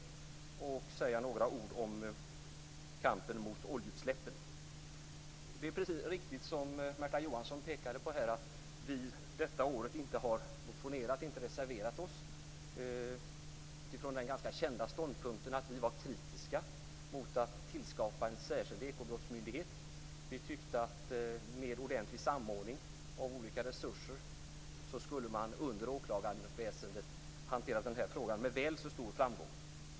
Jag skall också säga några ord om kampen mot oljeutsläpp. Det är riktigt, som Märta Johansson pekade på, att vi detta år inte har motionerat och inte har reserverat oss utifrån den ganska kända ståndpunkten att vi var kritiska mot att tillskapa en särskild ekobrottsmyndighet. Vi tyckte att med ordentlig samordning av olika resurser skulle man under åklagarväsendet ha hanterat de här frågorna med väl så stor framgång.